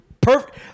perfect